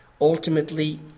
ultimately